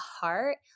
heart